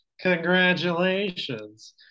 Congratulations